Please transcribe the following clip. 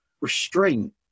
restraint